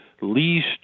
least